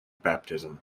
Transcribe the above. baptism